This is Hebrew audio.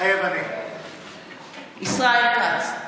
מתחייב אני ישראל כץ,